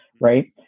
right